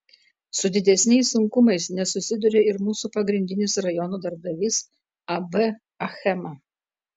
su didesniais sunkumais nesusiduria ir mūsų pagrindinis rajono darbdavys ab achema